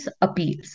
appeals